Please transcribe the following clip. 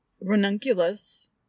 Ranunculus